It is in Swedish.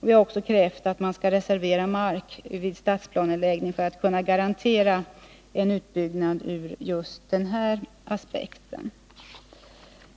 Vi har också krävt att man skall reservera mark vid stadsplaneläggning för att kunna garantera en utbyggnad med hänsyn till just den här aspekten.